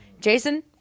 Jason